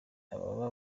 ababa